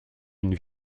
une